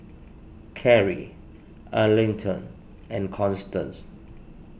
Karrie Arlington and Constance